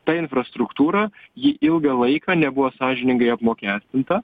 ta infrastruktūra ji ilgą laiką nebuvo sąžiningai apmokestinta